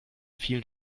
vielen